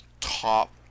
top